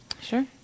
Sure